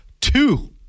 two